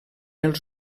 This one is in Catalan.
els